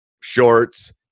shorts